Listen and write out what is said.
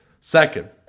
second